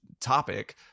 topic